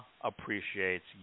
appreciates